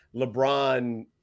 LeBron